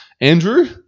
Andrew